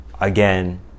again